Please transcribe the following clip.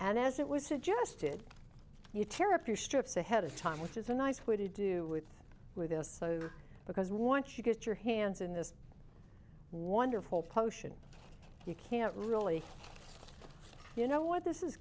and as it was suggested you tear up the strips ahead of time which is a nice way to do with with this so because once you get your hands in this wonderful potion you can't really you know what this is